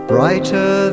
Brighter